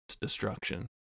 destruction